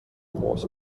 groß